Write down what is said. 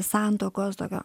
santuokos tokio